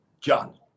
John